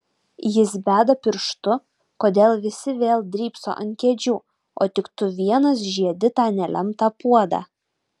jis beda pirštu kodėl visi vėl drybso ant kėdžių o tik tu vienas žiedi tą nelemtą puodą